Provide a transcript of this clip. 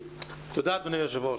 תודה אדוני היושב ראש.